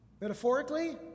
Metaphorically